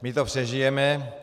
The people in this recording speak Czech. My to přežijeme.